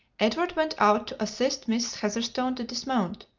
edward went out to assist miss heatherstone to dismount,